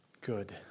good